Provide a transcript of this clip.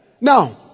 now